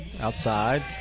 outside